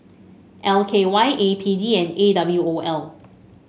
L K Y A P D and A W O L